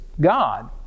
God